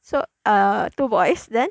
so err two boys then